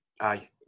Aye